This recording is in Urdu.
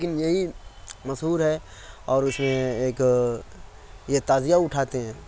لیکن یہی مشہور ہے اور اس میں ایک یہ تازیہ اٹھاتے ہیں